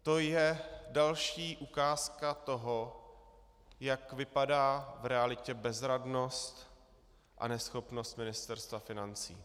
To je další ukázka toho, jak vypadá v realitě bezradnost a neschopnost Ministerstva financí.